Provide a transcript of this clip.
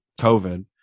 COVID